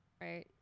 right